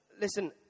Listen